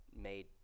made